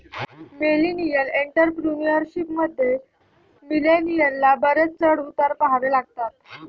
millennial entrepreneurship मध्ये, मिलेनियलना बरेच चढ उतार पहावे लागतात